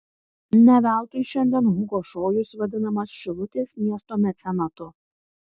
ne veltui šiandien hugo šojus vadinamas šilutės miesto mecenatu